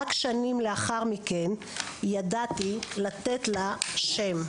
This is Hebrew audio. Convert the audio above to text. רק שנים לאחר מכן ידעתי לתת לה שם.